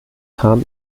kam